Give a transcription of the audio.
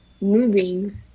moving